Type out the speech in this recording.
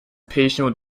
patient